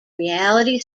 reality